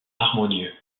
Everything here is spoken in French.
harmonieux